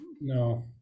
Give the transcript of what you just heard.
no